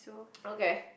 okay